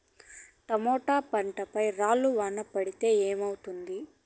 Tomato పంట పై రాళ్లు వాన పడితే ఏమవుతుంది?